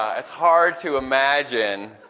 ah it's hard to imagine,